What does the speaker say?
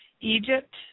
Egypt